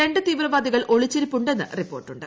രണ്ട്തീവ്രവാദികൾ ഒളിച്ചിരിപ്പുണ്ടെന്ന് റിപ്പോർട്ടുണ്ട്